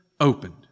opened